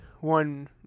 one